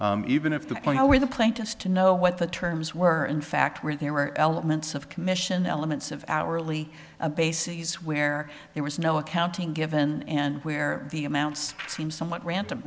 even if the point where the plaintiffs to know what the terms were in fact where there were elements of commission elements of hourly basis where there was no accounting given and where the amounts seem somewhat random